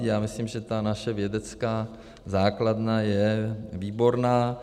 Já myslím, že ta naše vědecká základna je výborná.